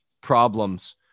problems